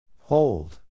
Hold